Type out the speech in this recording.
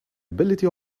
ability